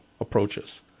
approaches